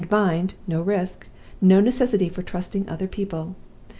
and mind! no risk no necessity for trusting other people.